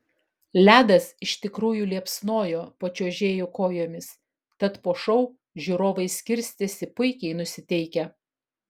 ledas iš tikrųjų liepsnojo po čiuožėjų kojomis tad po šou žiūrovai skirstėsi puikiai nusiteikę